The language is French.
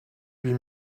huit